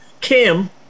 Kim